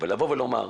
ולבוא ולומר: